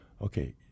Okay